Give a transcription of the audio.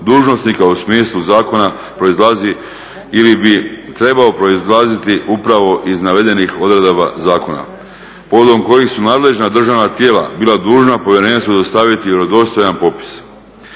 dužnosnika u smislu zakona proizlazi ili bi trebao proizlaziti upravo iz navedenih odredaba zakona, povodom kojih su nadležna državna tijela bila dužna povjerenstvu dostaviti vjerodostojan popis.